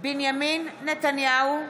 בנימין נתניהו,